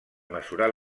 mesurar